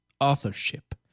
authorship